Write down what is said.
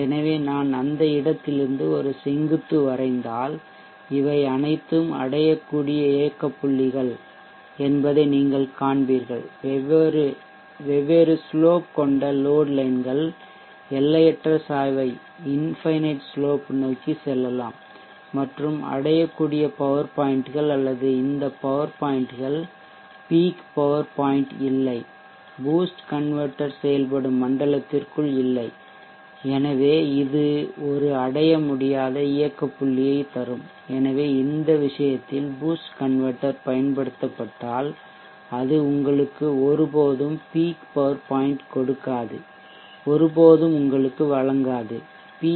எனவே நான் அந்த இடத்திலிருந்து ஒரு செங்குத்து வரைந்தால் இவை அனைத்தும் அடையக்கூடிய இயக்க புள்ளிகள் என்பதை நீங்கள் காண்பீர்கள் வெவ்வேறு ஸ்லோப் கொண்ட லோட்லைன்கள் எல்லையற்ற சாய்வை இன்ஃபைனைட் ஸ்லோப் நோக்கிச் செல்லலாம் மற்றும் அடையக்கூடிய பவர் பாய்ன்ட்கள் அல்லது இந்த பவர் பாய்ன்ட்கள் பீக் பவர் பாய்ன்ட் இல்லை பூஸ்ட் கன்வெர்ட்டெர் செயல்படும் மண்டலத்திற்குள் இல்லை எனவே இது ஒரு அடையமுடியாத இயக்க புள்ளியை தரும் எனவே இந்த விஷயத்தில் பூஸ்ட் கன்வெர்ட்டெர் பயன்படுத்தப்பட்டால் அது உங்களுக்கு ஒருபோதும் பீக் பவர் பாய்ன்ட் கொடுக்காது ஒருபோதும் உங்களுக்கு வழங்காது பி